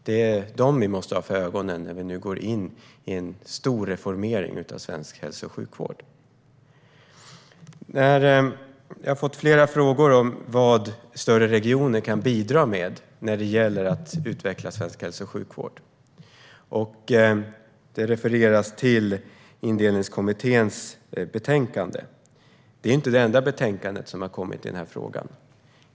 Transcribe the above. Det är dem vi måste ha för ögonen när vi nu går in i en storreformering av svensk hälso och sjukvård. Jag har fått flera frågor om vad större regioner kan bidra med för att utveckla svensk hälso och sjukvård. Det refereras till Indelningskommitténs betänkande, men det är inte det enda betänkande som har kommit i den här frågan.